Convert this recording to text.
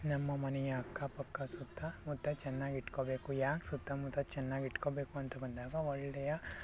ನಮ್ಮ ಮನೆಯ ಅಕ್ಕಪಕ್ಕ ಸುತ್ತ ಮುತ್ತ ಚೆನ್ನಾಗಿಟ್ಕೊಳ್ಬೇಕು ಯಾಕೆ ಸುತ್ತಮುತ್ತ ಚೆನ್ನಾಗಿಟ್ಕೊಳ್ಬೇಕು ಅಂತ ಬಂದಾಗ ಒಳ್ಳೆಯ